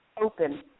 open